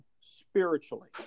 spiritually